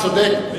אתה צודק.